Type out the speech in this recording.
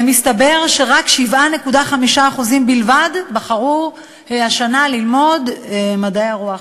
מסתבר ש-7.5% בלבד בחרו השנה ללמוד מדעי הרוח,